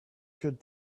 could